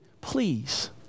please